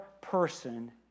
person